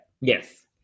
Yes